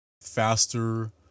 faster